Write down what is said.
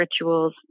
rituals